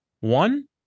One